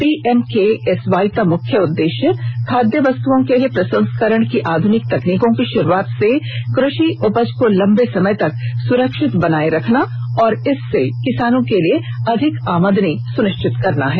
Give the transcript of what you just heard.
PM KSY का मुख्य उद्देश्य खाद्य वस्तुओं के लिए प्रसंस्करण की आधुनिक तकनीकों की शुरूआत से कृ षि उपज को लंबे समय तक सुरक्षित बनाए रखना और इससे किसानों के लिए अधिक आमदनी सुनिश्चित करना है